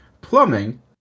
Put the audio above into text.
plumbing